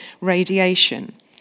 radiation